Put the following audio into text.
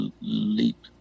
leap